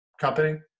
company